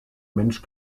mensch